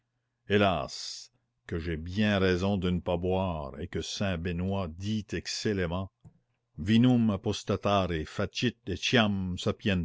hélas que j'ai bien raison de ne pas boire et que saint benoît dit excellemment vinum